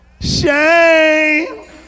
Shame